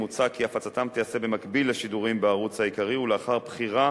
מוצע כי הפצתם תיעשה במקביל לשידורים בערוץ העיקרי ולאחר בחירה